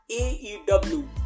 AEW